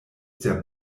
der